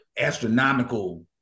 astronomical